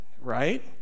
right